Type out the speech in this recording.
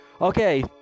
Okay